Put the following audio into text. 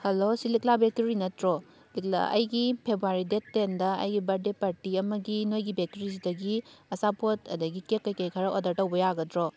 hello ꯁꯤ ꯂꯤꯛꯂꯥ bakery ꯅꯠꯇ꯭ꯔꯣ ꯑꯩꯒꯤ ꯐꯦꯕꯋꯥꯔꯤ ꯗꯦꯠ ꯇꯦꯟꯗ ꯑꯩꯒꯤ ꯕꯔꯠꯗꯦ ꯄꯥꯔꯇꯤ ꯑꯃꯒꯤ ꯅꯣꯏꯒꯤ ꯕꯦꯛꯀꯔꯤꯁꯤꯗꯒꯤ ꯑꯆꯥꯄꯣꯠ ꯑꯗꯒꯤ ꯀꯦꯛ ꯀꯩꯀꯩ ꯈꯔ ꯑꯣꯔꯗꯔ ꯇꯧꯕ ꯌꯥꯒꯗ꯭ꯔꯣ